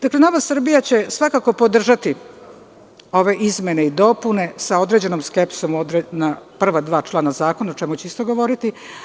Dakle, NS će svakako podržati ove izmene i dopune sa određenom skepsom na prva dva člana zakona o čemu ćemo isto govoriti.